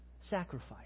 sacrifice